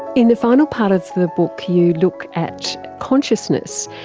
in the final part of the book you look at consciousness,